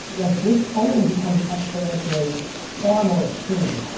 like this only becomes exponentially far more extreme.